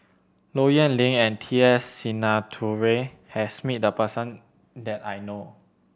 Low Yen Ling and T S Sinnathuray has met the person that I know